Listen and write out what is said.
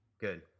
Good